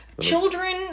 Children